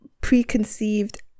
preconceived